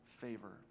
favor